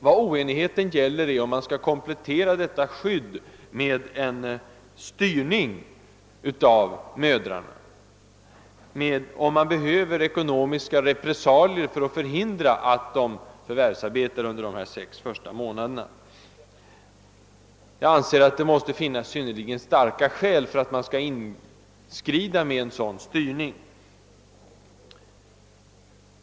Vad oenigheten gäller är huruvida man skall komplettera detta skydd med en styrning av mödrarna, om man med ekonomiska repressalier skall söka förhindra att vederbörande förvärvsarbetar under de sex första månaderna. Jag anser att det måste finnas synnerligen starka skäl för att man skall inskrida med en sådan styrning.